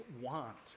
want